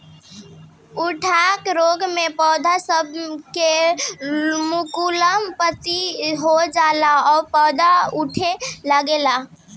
उकठा रोग मे पौध सब के मुलायम पत्ती हो जाला आ पौधा उकठे लागेला